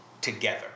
together